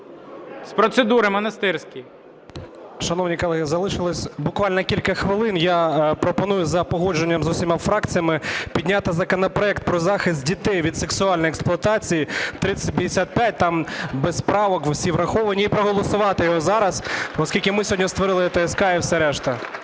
З процедури Монастирський.